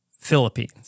Philippines